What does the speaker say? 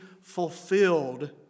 fulfilled